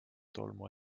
tolmu